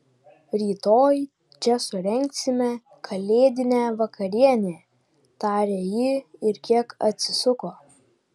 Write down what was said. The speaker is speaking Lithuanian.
rytoj čia surengsime kalėdinę vakarienę tarė ji ir kiek atsisuko